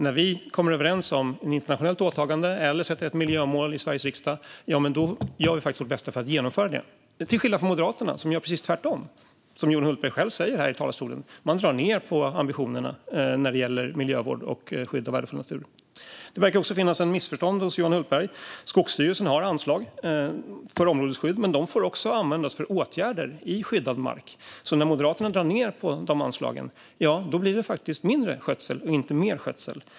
När vi kommer överens om ett internationellt åtagande eller sätter ett miljömål i Sveriges riksdag gör vi vårt bästa för att genomföra det, till skillnad från Moderaterna som gör precis tvärtom. Som Johan Hultberg säger själv här i talarstolen drar man ned på ambitionerna när det gäller miljövård och skydd av värdefull natur. Det verkar också finnas ett missförstånd hos Johan Hultberg. Skogsstyrelsen har anslag för områdesskydd. Men de får också användas för åtgärder i skyddad mark. När Moderaterna drar ned på de anslagen blir det mindre skötsel och inte mer skötsel.